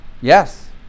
Yes